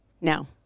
No